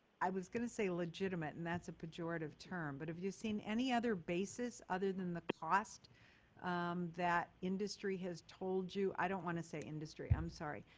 i was going to say legitimate, and that's a pejorative term, but have you seen any other basis other than the cost that industry has told you? i don't want to say industry, i'm sorry.